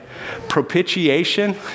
propitiation